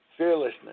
fearlessness